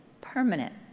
permanent